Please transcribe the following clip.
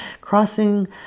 crossing